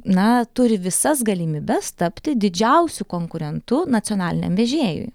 na turi visas galimybes tapti didžiausiu konkurentu nacionaliniam vežėjui